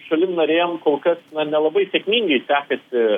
šalim narėm kol kas na nelabai sėkmingai sekasi